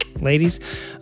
ladies